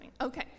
Okay